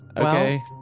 Okay